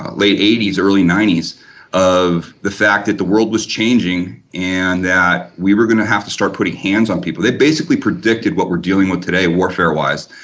late eighties, early nineties of the fact that the world was changing and that we were going to have to start putting hands on people. they basically predicted what we're dealing with today warfare wise,